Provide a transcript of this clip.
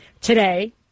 today